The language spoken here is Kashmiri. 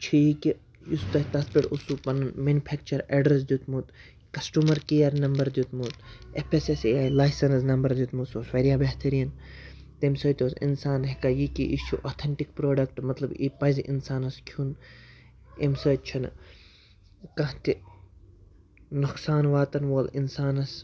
چھِ یہِ کہِ یُس تۄہہِ تَتھ پٮ۪ٹھ اوسوٕ پَنُن مٮ۪نِفٮ۪کچَر اٮ۪ڈرٮ۪س دیُتمُت کَسٹٕمَر کِیَر نمبر دیُتمُت F S S A I licence number دیُتمُت سُہ اوس واریاہ بہتریٖن تمہِ سۭتۍ اوس اِنسان ہٮ۪کان یہِ کہِ یہِ چھُ اوتھَنٹِک پرٛوڈَکٹہٕ مطلب یہِ پَزِ اِنسانَس کھیوٚن امہِ سۭتۍ چھِنہٕ کانٛہہ تہِ نۄقصان واتَن وول اِنسانَس